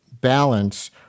balance